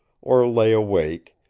or lay awake,